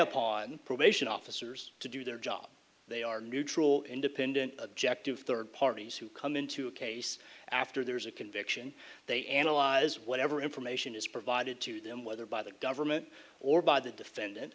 upon probation officers to do their job they are neutral independent objective third parties who come in to a case after there's a conviction they analyze whatever information is provided to them whether by the government or by the defendant